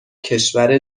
کشور